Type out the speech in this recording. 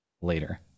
later